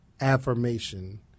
affirmation